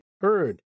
heard